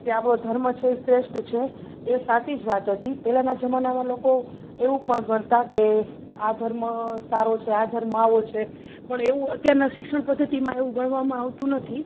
કે આપણો ધર્મ છે એ શ્રેષ્ઠ છે એ સાચી જ વાત હતી પહેલાંના જમાનામાં લોકો એવું પણ ગણતા કે આ ધર્મ સારો છે આ ધર્મ આવો છે પણ એવું અત્યારના શિક્ષણ પદ્ધતિમાં એવું ગણવામાં આવતું નથી